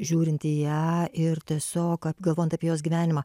žiūrint į ją ir tiesiog galvojant apie jos gyvenimą